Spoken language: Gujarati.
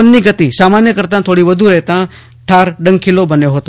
પવનની ગતિ સામાન્ય કરતા થોડી વધુ રહેતા ઠાર ડંખીલો બન્યો હતો